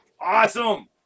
Awesome